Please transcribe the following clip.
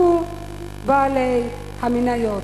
שהוא בעלי המניות,